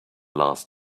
last